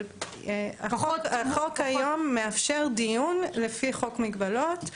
אבל החוק היום מאפשר דיון לפי חוק מגבלות,